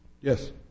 Yes